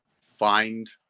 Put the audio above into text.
find